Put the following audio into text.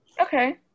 okay